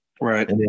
Right